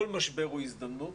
כל משבר הוא הזדמנות